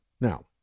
Now